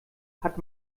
hat